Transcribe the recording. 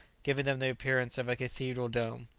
giving them the appearance of a cathedral-dome.